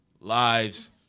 Lives